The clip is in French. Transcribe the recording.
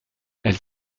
elle